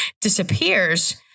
disappears